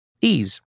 Ease